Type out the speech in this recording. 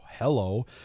hello